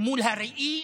ומול הראי,